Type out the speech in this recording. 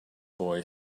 boy